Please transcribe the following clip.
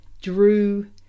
Drew